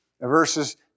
verses